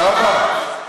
זהבה,